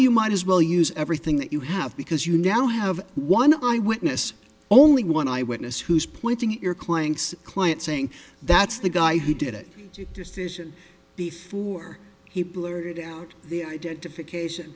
you might as well use everything that you have because you now have one eyewitness only one eyewitness who's pointing at your client's client saying that's the guy who did it decision before he blurted out the identification